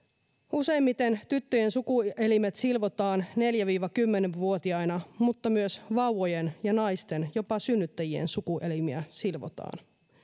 useimmiten tyttöjen sukuelimet silvotaan neljä viiva kymmenen vuotiaina mutta myös vauvojen ja naisten jopa synnyttäjien sukuelimiä silvotaan